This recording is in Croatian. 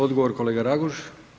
Odgovor, kolega Raguž.